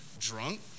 drunk